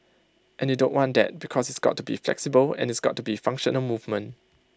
and you don't want that because it's got to be flexible and it's got to be functional movement